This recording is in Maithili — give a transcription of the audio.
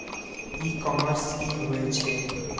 ई कॉमर्स की होय छेय?